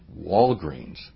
Walgreens